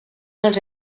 els